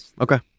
Okay